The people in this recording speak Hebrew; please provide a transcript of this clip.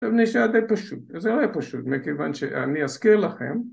‫עכשיו, נשאר די פשוט. זה לא ‫היה פשוט מכיוון שאני אזכיר לכם...